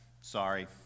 sorry